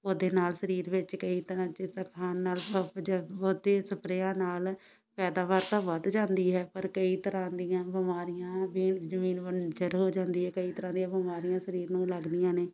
ਉਹਦੇ ਨਾਲ ਸਰੀਰ ਵਿੱਚ ਕਈ ਤਰ੍ਹਾਂ ਜਿਸਦਾ ਖਾਣ ਨਾਲ ਬਹੁ ਜ ਬਹੁਤੀਆਂ ਸਪਰੇਆ ਨਾਲ ਪੈਦਾਵਾਰ ਤਾਂ ਵੱਧ ਜਾਂਦੀ ਹੈ ਪਰ ਕਈ ਤਰ੍ਹਾਂ ਦੀਆਂ ਬਿਮਾਰੀਆਂ ਵੀ ਜਮੀਨ ਬੰਜਰ ਹੋ ਜਾਂਦੀ ਹੈ ਕਈ ਤਰ੍ਹਾਂ ਦੀਆਂ ਬਿਮਾਰੀਆਂ ਸਰੀਰ ਨੂੰ ਲੱਗਦੀਆਂ ਨੇ